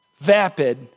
vapid